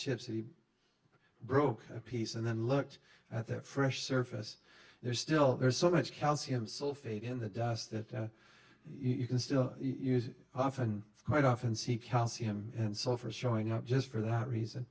chips he broke a piece and then looked at that fresh surface there still there's so much calcium sulfate in the dust that you can still use often quite often see calcium and so for showing up just for that reason